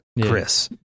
Chris